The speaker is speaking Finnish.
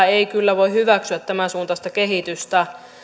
ei kyllä voi hyväksyä tämänsuuntaista kehitystä